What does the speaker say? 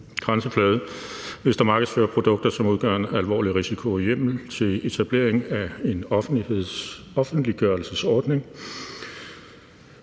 onlinegrænseflade, hvis der markedsføres produkter, som udgør en alvorlig risiko; hjemmel til etablering af en offentliggørelsesordning;